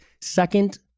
second